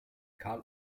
karl